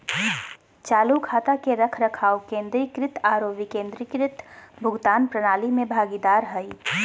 चालू खाता के रखरखाव केंद्रीकृत आरो विकेंद्रीकृत भुगतान प्रणाली में भागीदार हइ